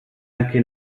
anche